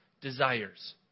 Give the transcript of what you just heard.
desires